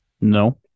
No